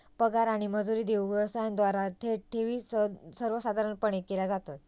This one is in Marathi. पगार आणि मजुरी देऊक व्यवसायांद्वारा थेट ठेवी सर्वसाधारणपणे केल्या जातत